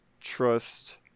trust